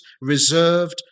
reserved